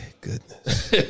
goodness